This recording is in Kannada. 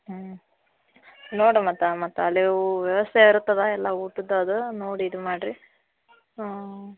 ಹ್ಞೂ ನೋಡಿರಿ ಮತ್ತು ಮತ್ತು ಅಲ್ಲಿಯವು ವ್ಯವಸ್ಥೆ ಇರ್ತದೆ ಎಲ್ಲ ಊಟದ ಅದು ನೋಡಿ ಇದು ಮಾಡಿರಿ